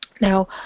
Now